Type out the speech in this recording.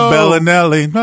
Bellinelli